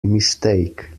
mistake